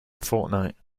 fortnite